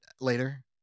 later